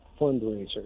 fundraiser